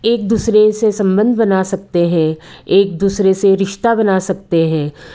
एक दूसरे से संबंध बना सकते हैं एक दूसरे से रिश्ता बना सकते हैं